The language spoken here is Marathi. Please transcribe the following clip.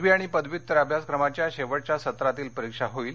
पदवी आणि पदव्युत्तर अभ्यासक्रमाच्या शेवटच्या सत्रातील परीक्षा होईल